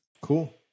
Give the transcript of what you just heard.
cool